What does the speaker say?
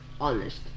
honest